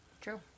true